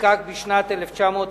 שנחקק בשנת 1992,